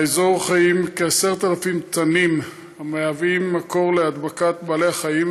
באזור חיים כ-10,000 תנים המהווים מקור להדבקת בעלי החיים,